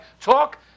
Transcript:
talk